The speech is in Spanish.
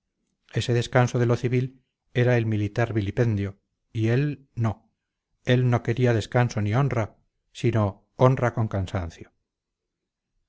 ese descanso de lo civil era el militar vilipendio y él no él no quería descanso sin honra sino honra con cansancio